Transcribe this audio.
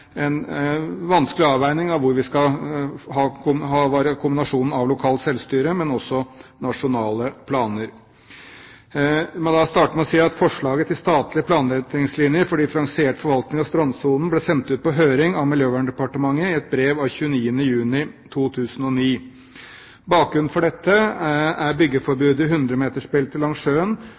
en vanskelig avveining hvor vi skal ha kombinasjonen av kommunalt selvstyre og nasjonale planer. La meg starte med å si at forslaget til statlige planretningslinjer for differensiert forvaltning av strandsonen ble sendt ut på høring av Miljøverndepartementet i et brev av 29. juni 2009. Bakgrunnen for dette er byggeforbudet i 100-metersbeltet langs sjøen,